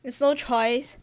there's no choice